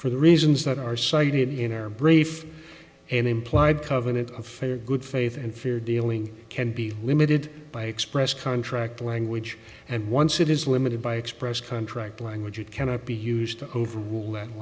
for the reasons that are cited in our brain if an implied covenant of fair good faith and fair dealing can be limited by express contract language and once it is limited by express contract language it cannot be used to overrule